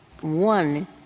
one